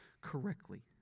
correctly